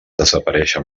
desaparèixer